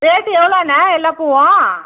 rate எவ்வளோண்ண எல்லா பூவும்